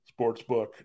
Sportsbook